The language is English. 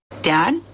Dad